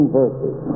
verses